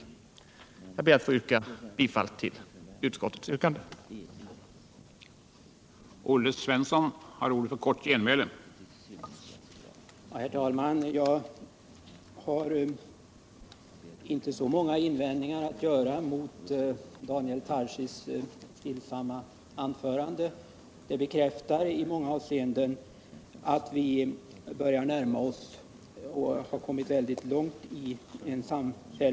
Herr talman! Jag ber att få yrka bifall till utskottets hemställan.